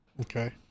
okay